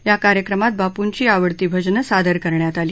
या कार्यक्रमात बापूंची आवडती भजनं सादर करण्यात आली